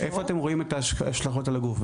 --- איפה אתם רואים את ההשלכות על הגוף?